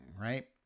right